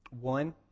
One